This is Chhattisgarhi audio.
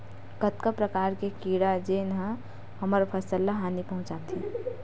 कतका प्रकार के कीड़ा जेन ह हमर फसल ल हानि पहुंचाथे?